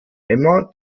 emma